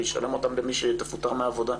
היא תשלם אותם למי שתפוטר מהעבודה.